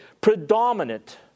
predominant